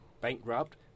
bankrupt